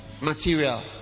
material